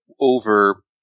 over